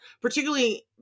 particularly